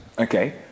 Okay